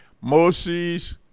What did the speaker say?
Moses